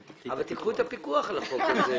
אבל קחו את פיקוח על החוק הזה.